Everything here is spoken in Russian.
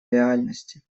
реальности